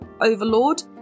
Overlord